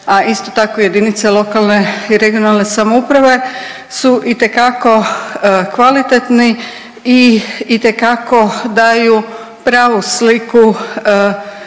a isto tako jedinice lokalne i regionalne samouprave su itekako kvalitetni i itekako daju pravu sliku